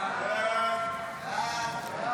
סעיף 1